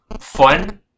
fun